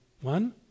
One